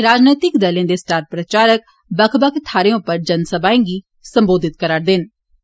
राजनीतिक दलों द स्टार प्रचारक बक्ख बक्ख थाहरें उप्पर जनसभाए गी सम्बोधित करा र दम्म